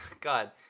God